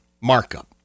markup